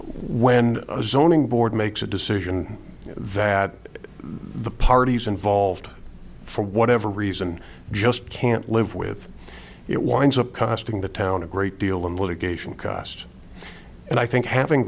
when a zoning board makes a decision that the parties involved for whatever reason just can't live with it winds up costing the town a great deal of litigation cost and i think having